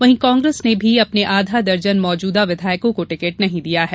वहीं कांग्रेस ने भी अपने आधा दर्जन मौजूदा विधायकों को टिकट नहीं दिया है